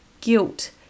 guilt